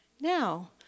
Now